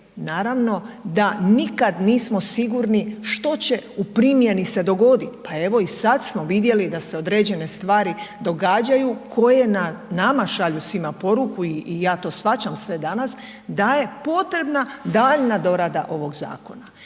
naravno da nikada nismo sigurni što će u primjeni se dogodit. Pa evo i sad smo vidjeli da se određene stvari događaju koje nama šalju svima poruku i ja to shvaćam sve danas, da je potrebna daljnja dorada ovog zakona.